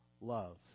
love